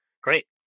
Great